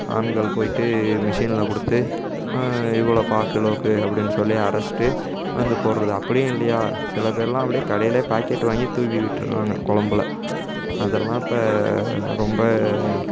ஆண்கள் போயிட்டு மிஷினில் கொடுத்து இவ்வளோப்பா கிலோக்கு அப்படினு சொல்லி அரச்சுட்டு வந்து போகிடுறது அப்டியும் இல்லையா சில பேயர்லாம் அப்படியே கடைலேயே பாக்கெட் வாங்கி தூவி விட்டுறாங்க குழம்புல அதெல்லாம் இப்போ ரொம்ப